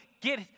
get